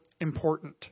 important